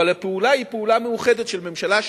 אבל הפעולה היא פעולה מאוחדת של ממשלה,